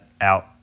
out